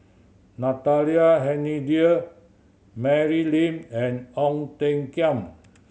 Natalie Hennedige Mary Lim and Ong Tiong Khiam